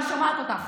אני שומעת אותך,